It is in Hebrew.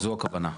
זו הכוונה.